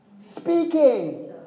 Speaking